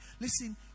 listen